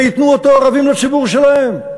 וייתנו אותו ערבים לציבור שלהם?